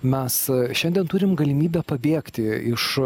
mes šiandien turim galimybę pabėgti iš